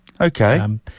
Okay